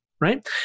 Right